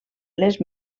les